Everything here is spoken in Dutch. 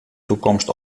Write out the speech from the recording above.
toekomst